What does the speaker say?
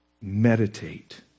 Meditate